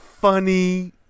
funny